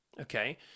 Okay